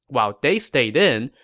while they stayed in,